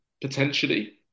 potentially